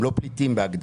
הם לא פליטים בהגדרה.